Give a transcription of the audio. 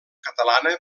catalana